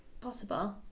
possible